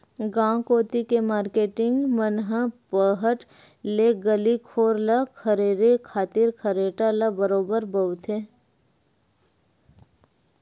गांव कोती के मारकेटिंग मन ह पहट ले गली घोर ल खरेरे खातिर खरेटा ल बरोबर बउरथे